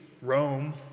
Rome